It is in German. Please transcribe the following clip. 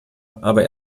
aber